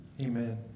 Amen